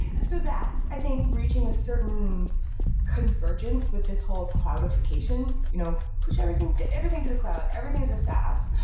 so that's, i think, reaching a certain convergence with this whole cloudification you know push everything to everything to the cloud, everything is a saas.